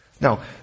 Now